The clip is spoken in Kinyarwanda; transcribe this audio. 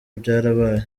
byarabaye